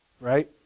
right